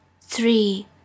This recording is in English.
three